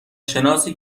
شناسی